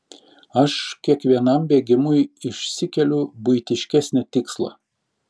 aš kiekvienam bėgimui išsikeliu buitiškesnį tikslą